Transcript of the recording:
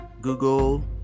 google